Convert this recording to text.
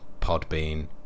Podbean